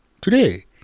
Today